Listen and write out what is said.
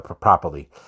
properly